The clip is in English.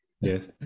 Yes